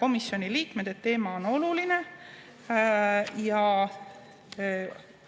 komisjoni liikmed, et teema on oluline.